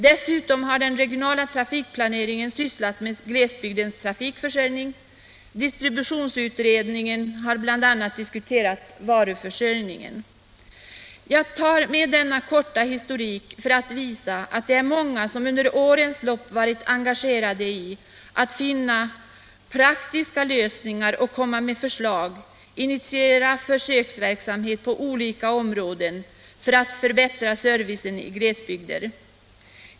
Dessutom har den regionala trafikplaneringen sysslat med glesbygdens trafikförsörjning, och distributionsutredningen har diskuterat bl.a. varuförsörjningen. Jag tar med denna korta historik för att visa att det är många som under årens lopp varit engagerade i att finna praktiska lösningar, komma med förslag och initiera försöksverksamhet på olika områden för att förbättra servicen i glesbygder.